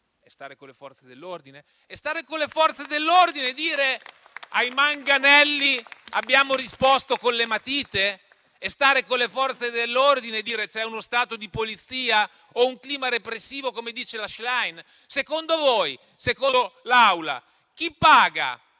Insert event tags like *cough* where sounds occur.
È stare con le Forze dell'ordine? *applause* È stare con le Forze dell'ordine dire "ai manganelli abbiamo risposto con le matite"? È stare con le Forze dell'ordine dire "c'è uno Stato di polizia o un clima repressivo", come dice la Schlein? Secondo voi, secondo l'Aula, chi paga